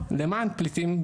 למען פליטים,